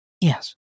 Yes